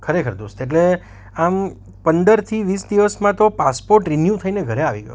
ખરેખર દોસ્ત એટલે આમ પંદર થી વીસ દિવસમાં તો પાસપોટ રિન્યૂ થઈને ઘરે આવી ગયો